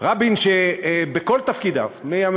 דיברתי על